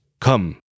Come